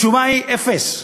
התשובה היא אפס.